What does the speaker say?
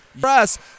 press